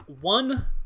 one